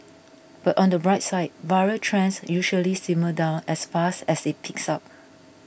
but on the bright side viral trends usually simmer down as fast as it peaks up